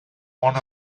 one